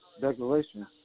declaration